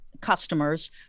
customers